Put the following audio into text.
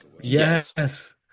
Yes